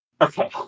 okay